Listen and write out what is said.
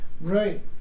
Right